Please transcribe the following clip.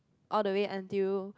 all the way until